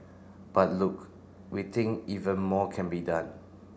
but look we think even more can be done